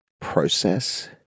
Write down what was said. process